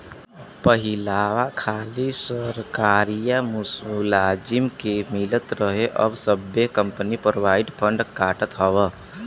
पहिलवा खाली सरकारिए मुलाजिम के मिलत रहे अब सब्बे कंपनी प्रोविडेंट फ़ंड काटत हौ